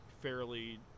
fairly